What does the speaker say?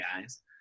guys